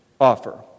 offer